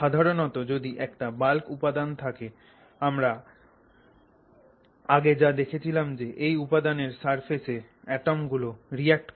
সাধারণত যদি একটা বাল্ক উপাদান থাকে আমরা আগে যা দেখছিলাম যে এই উপাদানের সারফেসে অ্যাটম গুলো রিঅ্যাক্ট করে